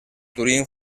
turín